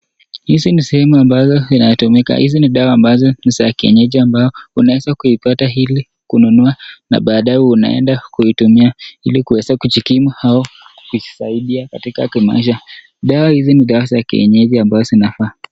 Hizi ni sehemu ambazo unaweza kuitumia, hizi ni dawa ambazo ni za kienyeji ambazo unaweza kuipata hili, kununua na baadaye unaenda kuitumia ili kuweza kujitibu ama kujisaidia katika kimaisha. Dawa hizi ni dawa za kienyeji ambazo zinafaa.